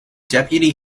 deputy